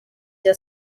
bya